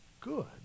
good